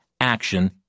action